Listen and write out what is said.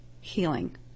healing